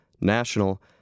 national